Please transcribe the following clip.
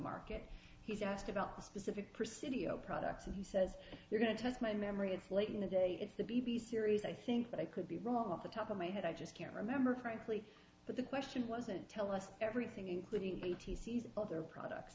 market he's asked about specific presidio products and he says they're going to test my memory it's late in the day if the b b c series i think that i could be wrong at the top of my head i just can't remember frankly but the question wasn't tell us everything including bt sees other products